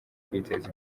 kwiteza